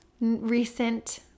recent